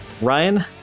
ryan